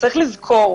יש לזכור